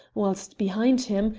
whilst behind him,